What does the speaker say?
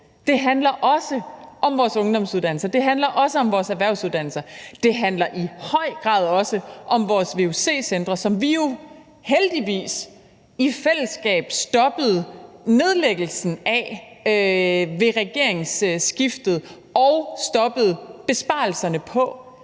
Det handler også om vores ungdomsuddannelser, det handler også om vores erhvervsuddannelser, og det handler i høj grad også om vores vuc-centre, som vi jo i fællesskab heldigvis stoppede nedlæggelsen af og stoppede besparelserne på